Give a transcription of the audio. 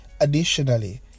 Additionally